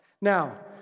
Now